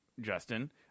Justin